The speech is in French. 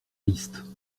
liste